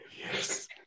Yes